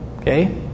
Okay